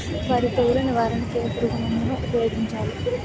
వరి తెగుల నివారణకు ఏ పురుగు మందు ను ఊపాయోగించలి?